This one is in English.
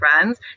friends